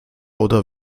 oder